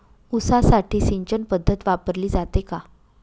ऊसासाठी सिंचन पद्धत वापरली जाते का?